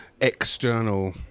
external